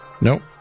Nope